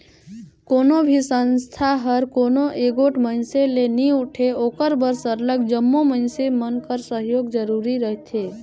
कोनो भी संस्था हर कोनो एगोट मइनसे ले नी उठे ओकर बर सरलग जम्मो मइनसे मन कर सहयोग जरूरी रहथे